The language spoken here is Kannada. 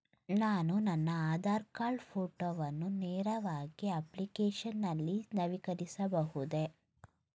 ನಾನು ನನ್ನ ಆಧಾರ್ ಕಾರ್ಡ್ ಫೋಟೋವನ್ನು ನೇರವಾಗಿ ಅಪ್ಲಿಕೇಶನ್ ನಲ್ಲಿ ನವೀಕರಿಸಬಹುದೇ?